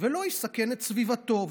ולא יסכן את סביבתו.